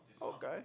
Okay